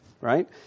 right